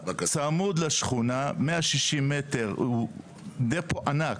צמוד לשכונה 160 מטר הוא דפו ענק,